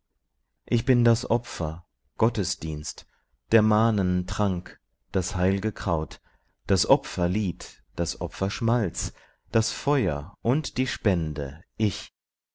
ich bin das opfer gottesdienst der manen trank das heil'ge kraut das opferlied das opferschmalz das feuer und die spende ich